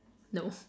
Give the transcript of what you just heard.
no